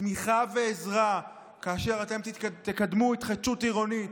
תמיכה ועזרה כאשר אתם תקדמו התחדשות עירונית,